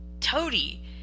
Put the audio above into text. toady